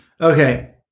Okay